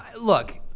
Look